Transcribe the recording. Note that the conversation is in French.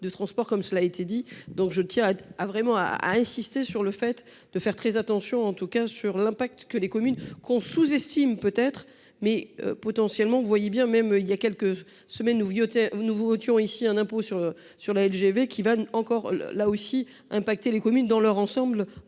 de transport comme cela a été dit, donc je tiens à vraiment à a insisté sur le fait de faire très attention en tout cas sur l'impact que les communes qu'on sous-estime peut-être mais, potentiellement, vous voyez bien, même il y a quelques semaines ou vieux vous nous votions ici un impôt sur sur la LGV, qui va encore là là aussi impacté les communes dans leur ensemble,